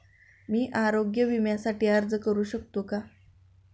मी आरोग्य विम्यासाठी अर्ज करू शकतो का?